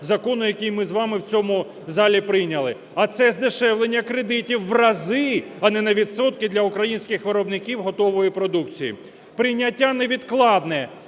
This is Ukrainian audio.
закону, який ми з вами в цьому залі прийняли. А це здешевлення кредитів в рази, а не на відсотки, для українських виробників готової продукції. Прийняття невідкладне